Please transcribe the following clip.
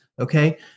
okay